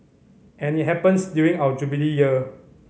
and it happens during our Jubilee Year